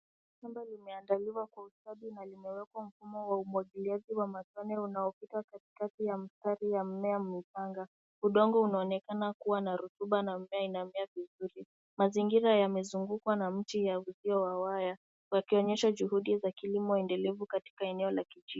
Shamba limeandiliwa kwa ustadi na limewekwa mfumo wa umwagiliaji wa matone unaopita katikati ya mstari ya mmea umepanga. Udongo unaonekana kuwa na rotuba na mmea inamea vizuri. Mazingira yamezungukwa na mti ya uzio wa waya, wakionyesha juhudi za kilimo endelevu katika eneo la kijiji.